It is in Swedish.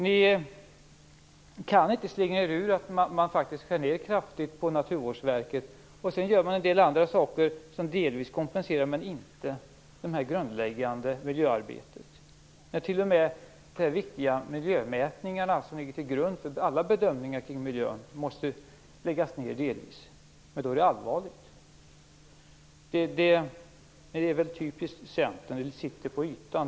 Ni kan inte slingra er ur att det faktiskt görs kraftiga nedskärningar inom Naturvårdsverket. Sedan görs det en del andra saker som delvis kompenserar nedskärningarna, men inte när det gäller det grundläggande miljöarbetet. När t.o.m. de viktiga miljömätningarna som ligger till grund för alla bedömningar kring miljön delvis måste läggas ned, är det allvarligt. Det är typiskt Centern. Det sitter på ytan.